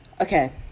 Okay